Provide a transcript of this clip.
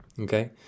Okay